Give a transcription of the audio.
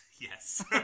yes